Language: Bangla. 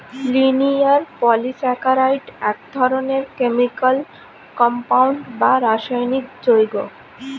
লিনিয়ার পলিস্যাকারাইড এক ধরনের কেমিকাল কম্পাউন্ড বা রাসায়নিক যৌগ